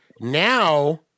now